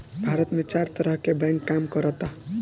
भारत में चार तरह के बैंक काम करऽता